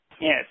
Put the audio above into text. Yes